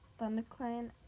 ThunderClan